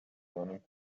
learning